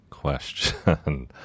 question